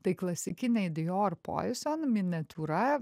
tai klasikiniai dijor poison miniatiūra